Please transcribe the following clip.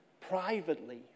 privately